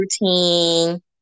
routine